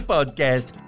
Podcast